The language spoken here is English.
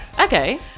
Okay